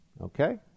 Okay